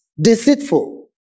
deceitful